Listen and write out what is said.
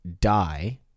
die